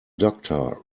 doctor